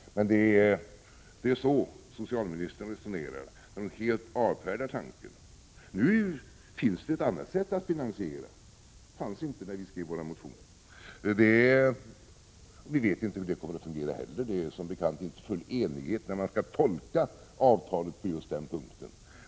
Men det är så socialministern resonerar när hon helt avfärdar tanken. Nu finns det ett annat sätt att finansiera. Det fanns inte när vi skrev våra motioner. Vi vet inte hur det kommer att fungera heller. Det råder som bekant inte full enighet när man skall tolka avtalet på just den punkten.